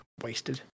wasted